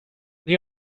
they